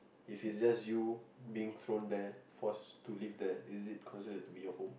if it's just you being thrown there forced to live there is it considered to be your home